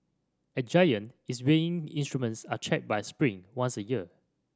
at Giant its weighing instruments are checked by Spring once a year